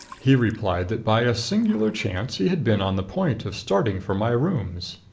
he replied that by a singular chance he had been on the point of starting for my rooms.